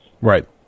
Right